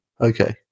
Okay